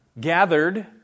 gathered